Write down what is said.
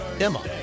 Emma